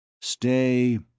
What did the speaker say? Stay